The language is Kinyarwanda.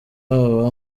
habaho